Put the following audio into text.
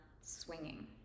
swinging